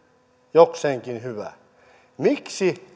jokseenkin hyvä miksi